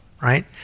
right